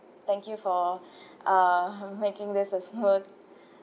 thank you for uh making this a smooth